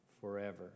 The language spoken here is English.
forever